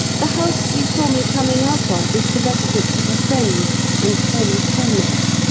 the house you saw me coming out of is the residence of a friend and former schoolmate.